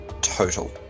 Total